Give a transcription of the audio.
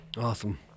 Awesome